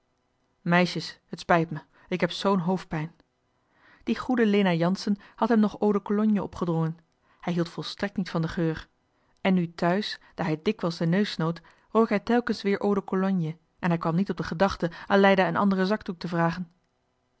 meisjes het spijt mij ik heb zoo'n hoofdpijn die goede lena janssen had hem nog eau-de-cologne opgedrongen hij hield volstrekt niet van den geur en nu thuis daar hij dikwijls den neus snoot rook hij telkens weer eau-de-cologne en hij kwam niet op de gedachte aleida een anderen zakdoek te vragen